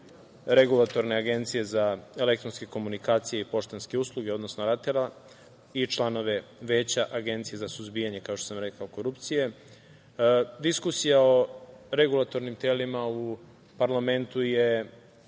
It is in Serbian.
Regulatorne agencije za elektronske komunikacije i poštanske usluge, odnosno RATEL i članove Veća Agencije za suzbijanje, kao što sam rekao, korupcije. Diskusija o regulatornim telima u parlamentu je